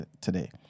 today